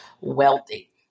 wealthy